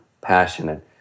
passionate